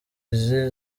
izi